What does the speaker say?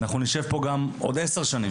אנחנו נשב פה גם עוד עשר שנים,